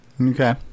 Okay